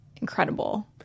incredible